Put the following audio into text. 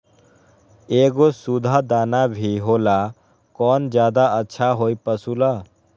एगो सुधा दाना भी होला कौन ज्यादा अच्छा होई पशु ला?